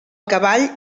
cavall